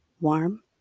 warm